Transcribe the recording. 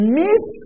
miss